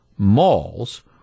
Malls